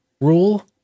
rule